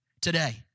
today